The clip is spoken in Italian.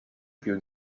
più